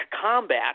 combat